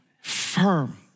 firm